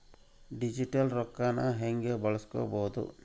Digital ರೊಕ್ಕನ ಹ್ಯೆಂಗ ಬಳಸ್ಕೊಬೊದು?